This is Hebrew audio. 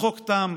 הצחוק תם...